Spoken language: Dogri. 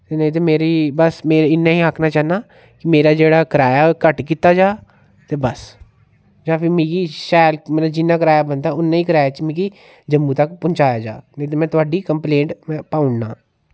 ते नेईं ता मेरी बस में इन्ना गै आक्खना चाह्न्नां कि मेरा जेह्ड़ा कराया ओह् घट्ट कीता जा ते बस जां फ्ही मिगी शैल मेरा जिन्ना कराया बनदा उन्ने गै कराए च मिगी जम्मू तक पहुचांया जा नेईं तां में थुहाडी कम्पलेन पाई ओड़ना